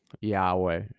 Yahweh